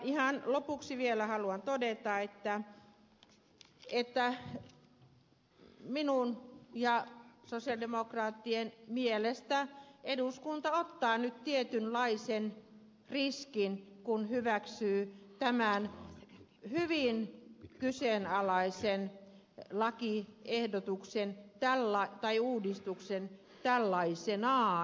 ihan lopuksi vielä haluan todeta että minun ja sosialidemokraattien mielestä eduskunta ottaa nyt tietynlaisen riskin kun hyväksyy tämän hyvin kyseenalaisen lakiuudistuksen tällaisenaan